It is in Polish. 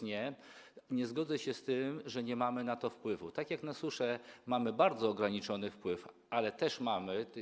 Nie zgodzę się z tym, że nie mamy na to wpływu, tak jak na suszę, gdzie mamy bardzo ograniczony wpływ, ale też mamy.